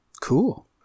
Cool